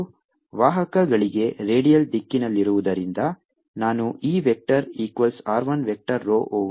ಮತ್ತು ವಾಹಕಗಳಿಗೆ ರೇಡಿಯಲ್ ದಿಕ್ಕಿನಲ್ಲಿರುವುದರಿಂದ ನಾನು E vector equals r 1 vector rho over 2 epsilon 0 ಎಂದು ಬರೆಯಬಹುದು